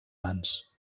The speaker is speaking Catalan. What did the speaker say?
mans